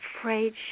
afraid